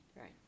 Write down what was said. Right